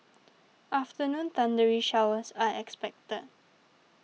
afternoon thundery showers are expected